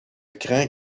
crains